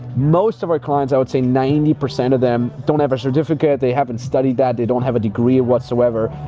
most of our clients, i would say ninety percent of them don't have a certificate, they haven't studied that, they don't have a degree whatsoever.